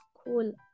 school